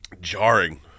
Jarring